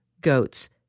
goats